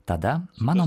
tada mano